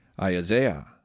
Isaiah